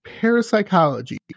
parapsychology